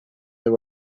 they